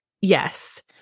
Yes